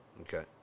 okay